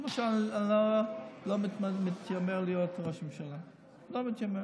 למשל, אני לא מתיימר להיות ראש ממשלה, לא מתיימר.